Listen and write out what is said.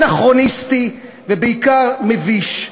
אנכרוניסטי ובעיקר מביש.